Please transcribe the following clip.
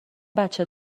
بچه